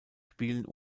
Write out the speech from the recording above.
spielen